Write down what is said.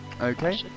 Okay